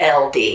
LD